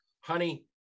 honey